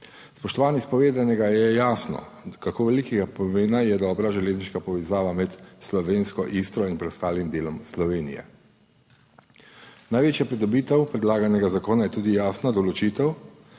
Spoštovani! Iz povedanega je jasno, kako velikega pomena je dobra železniška povezava med slovensko Istro in preostalim delom Slovenije. Največja pridobitev predlaganega zakona je tudi jasna določitev,